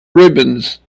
ribbons